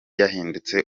yahindutse